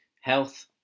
health